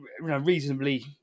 reasonably